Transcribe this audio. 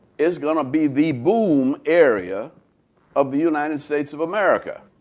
is going to be the boom area of the united states of america.